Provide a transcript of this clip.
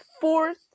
fourth